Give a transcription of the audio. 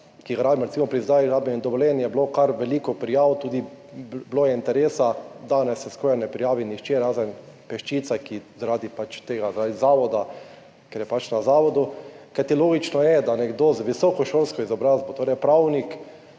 ki ga rabimo pri izdaji gradbenih dovoljenj, je bilo kar veliko prijav, bil je interes, danes se skoraj ne prijavi nihče, razen peščice zaradi zavoda, ker so pač na zavodu, kajti logično je, da nekdo z visokošolsko izobrazbo, torej pravnik,